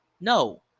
No